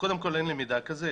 קודם כל אין לי מידע כזה,